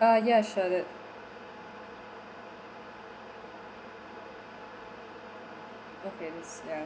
uh yeah sure that okay this ya